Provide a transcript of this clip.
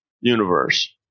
universe